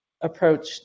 approach